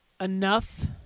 enough –